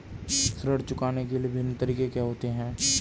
ऋण चुकाने के विभिन्न तरीके क्या हैं?